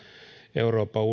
euroopan